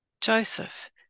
Joseph